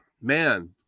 man